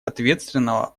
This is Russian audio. ответственного